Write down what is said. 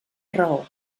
raó